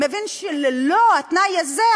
מבין שללא התנאי הזה,